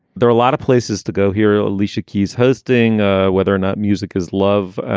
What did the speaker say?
there are a lot of places to go here. alicia keys hosting ah whether or not music is love.